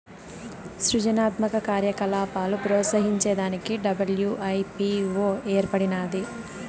సృజనాత్మక కార్యకలాపాలు ప్రోత్సహించే దానికి డబ్ల్యూ.ఐ.పీ.వో ఏర్పడినాది